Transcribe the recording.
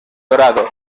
dorado